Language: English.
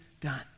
done